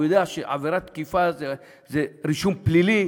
הוא יודע שעבירת תקיפה זה רישום פלילי,